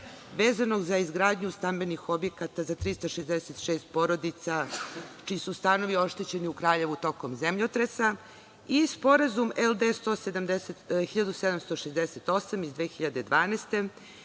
vezanog za izgradnju stambenih objekata za 366 porodica čiji su stanovi oštećeni u Kraljevu tokom zemljotresa i sporazum LD1768 iz 2012.